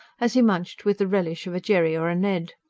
as he munched with the relish of a jerry or a ned.